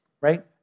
right